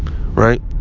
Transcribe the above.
right